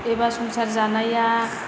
एबा संसार जानाया